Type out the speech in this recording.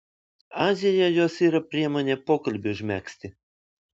azijoje jos yra priemonė pokalbiui užmegzti